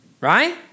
right